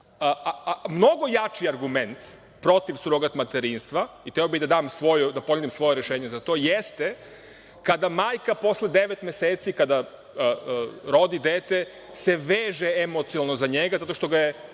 jači argument protiv surogat materinstva, hteo bih da ponudim svoje rešenje za to, jeste kada majka posle devet meseci kada rodi dete se veže emocionalno za njega, zato što ga je